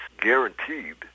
guaranteed